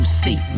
see